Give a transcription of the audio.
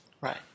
Right